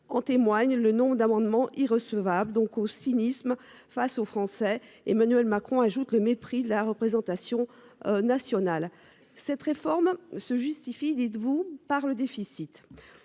En témoigne le nom d'amendement irrecevables donc au cynisme face aux Français, Emmanuel Macron, ajoute le mépris, la représentation. Nationale. Cette réforme se justifie, dites-vous par le déficit